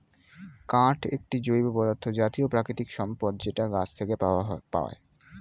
কাঠ একটি জৈব পদার্থ জাতীয় প্রাকৃতিক সম্পদ যেটা গাছ থেকে পায়